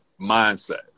mindset